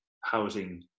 housing